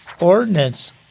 ordinance